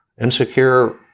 insecure